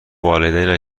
والدینش